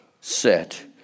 set